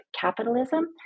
Capitalism